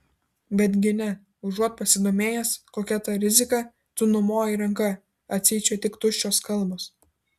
betgi ne užuot pasidomėjęs kokia ta rizika tu numojai ranka atseit čia tik tuščios kalbos